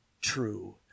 true